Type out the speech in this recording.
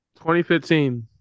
2015